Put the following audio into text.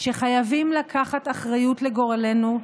שחייבים לקחת אחריות לגורלנו,